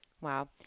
Wow